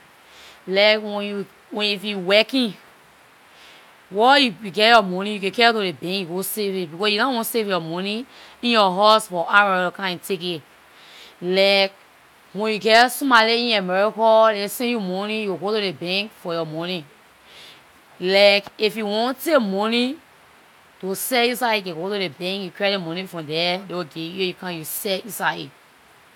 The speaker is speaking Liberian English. Like wen you- if you working, where you get your money- you can carry to the bank to go safe it, because you don't want safe your money in your house for arm robbers to come and take it. Like when you get somebody in america, they send you money- you will go to the bank for yor money. Like if you want take money to sell inside, you can go to the bank you credit money from there, they will give you it, you come and sell inside it.